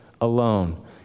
alone